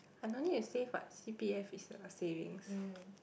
I no need to save what c_p_f is a savings